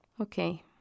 Okay